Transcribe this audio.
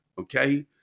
Okay